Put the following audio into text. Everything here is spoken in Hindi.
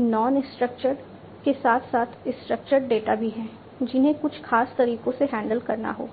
नॉन स्ट्रक्चर्ड के साथ साथ स्ट्रक्चर्ड डेटा भी हैं जिन्हें कुछ खास तरीकों से हैंडल करना होगा